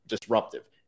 disruptive